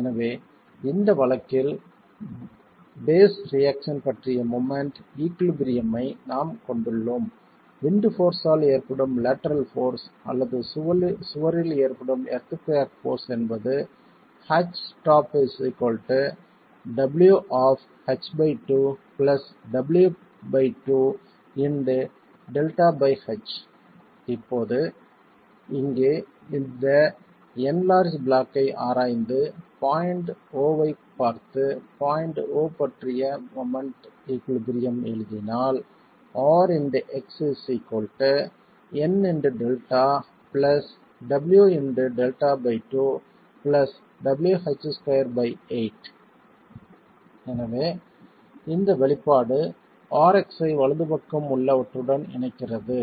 எனவே இந்த வழக்கில் பேஸ் ரியாக்ஷன் பற்றிய மொமெண்ட் ஈகுலிபிரியம் ஐ நாம் கொண்டுள்ளோம் விண்ட் போர்ஸ் ஆல் ஏற்படும் லேட்டரல் போர்ஸ் அல்லது சுவரில் ஏற்படும் எர்த்குயாக் போர்ஸ் என்பது இப்போது இங்கே இந்த என்லார்ஜ் பிளாக் ஐ ஆராய்ந்து பாய்ண்ட் O ஐப் பார்த்து பாய்ண்ட் O பற்றிய மொமெண்ட் ஈகுலிபிரியம் எழுதினால் எனவே இந்த வெளிப்பாடு Rx ஐ வலது பக்கம் உள்ளவற்றுடன் இணைக்கிறது